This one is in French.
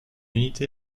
unité